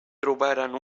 trobaren